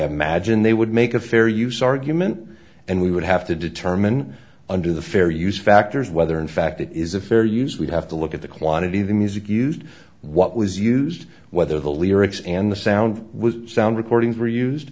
imagine they would make a fair use argument and we would have to determine under the fair use factors whether in fact it is a fair use we have to look at the quantity of the music used what was used whether the lyrics and the sound was sound recordings were used